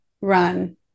run